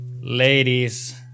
Ladies